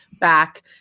back